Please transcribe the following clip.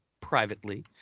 Privately